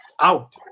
out